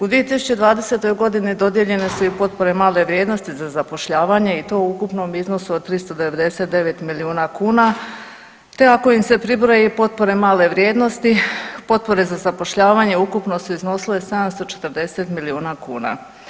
U 2020.g. dodijeljene su i potpore male vrijednosti za zapošljavanje i to u ukupnom iznosu od 399 milijuna kuna te ako im se pribroje i potpore male vrijednosti, potpore za zapošljavanje ukupno su iznosile 740 milijuna kuna.